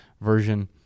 version